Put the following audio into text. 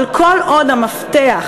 אבל כל עוד המפתח,